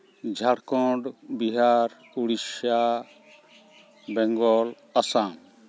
Jharkhand Bihar Odisha Bengal Assam